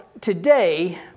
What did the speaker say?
today